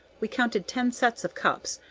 we counted ten sets of cups,